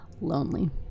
lonely